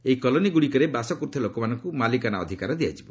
ଏହି କଲୋନୀଗୁଡ଼ିକରେ ବାସ କରୁଥିବା ଲୋକମାନଙ୍କୁ ମାଲିକାନା ଅଧିକାର ଦିଆଯିବ